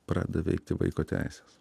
pradeda veikti vaiko teisės